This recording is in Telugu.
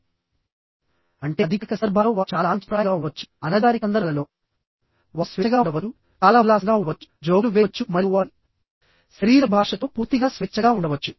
అంటే అధికారిక సందర్భాలలో వారు చాలా లాంఛనప్రాయంగా ఉండవచ్చు అనధికారిక సందర్భాలలో వారు స్వేచ్ఛగా ఉండవచ్చు చాలా ఉల్లాసంగా ఉండవచ్చు జోకులు వేయవచ్చు మరియు వారి శరీర భాషతో పూర్తిగా స్వేచ్ఛగా ఉండవచ్చు